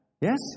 Yes